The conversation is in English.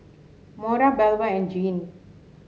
Mora Belva and Jeane